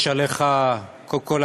קודם כול,